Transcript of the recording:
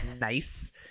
nice